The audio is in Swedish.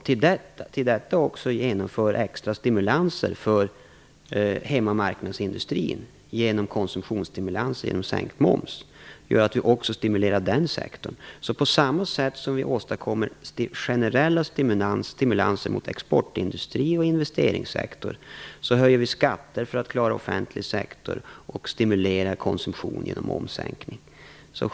Dessutom inför vi extra stimulanser för hemmamarknadsindustrin genom konsumtionsstimulanser, t.ex.sänkt moms, vilka gör att vi också stimulerar den sektorn. På samma sätt som vi åstadkommer generella stimulanser för exportindustrin och investeringssektorn höjer vi skatter för att klara den offentliga sektorn och stimulerar konsumtion genom momssänkning.